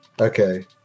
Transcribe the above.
okay